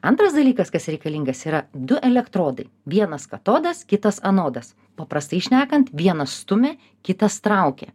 antras dalykas kas reikalingas yra du elektrodai vienas katodas kitas anodas paprastai šnekant vienas stumia kitas traukia